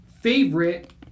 favorite